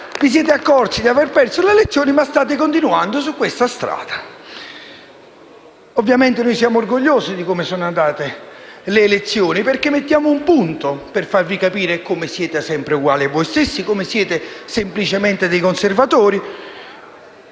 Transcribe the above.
vi siete accorti di aver perso le elezioni, ma state continuando su questa strada. Ovviamente noi siamo orgogliosi di come sono andate le elezioni, perché mettiamo un punto per farvi capire come siete sempre uguali a voi stessi, come siete semplicemente dei conservatori.